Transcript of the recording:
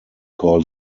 call